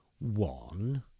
One